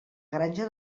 granja